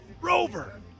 Rover